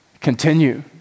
continue